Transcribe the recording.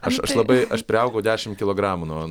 aš aš labai aš priaugau dešim kilogramų nuo